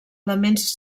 elements